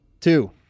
Two